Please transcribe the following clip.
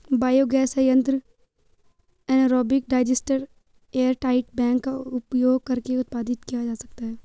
biogas संयंत्र anaerobic digester airtight tank का उपयोग करके उत्पादित किया जा सकता है